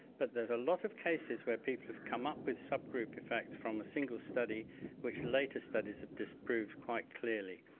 but there are a lot of cases where people have come up with sub-group effects from a single study which later studies have disproved quite clearly.